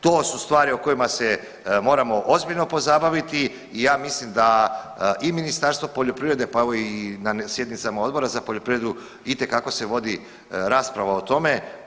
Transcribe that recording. To su stvari o kojima se moramo ozbiljno pozabaviti i ja mislim da i Ministarstvo poljoprivrede pa evo i na sjednicama Odbora za poljoprivredu itekako se vodi rasprava o tome.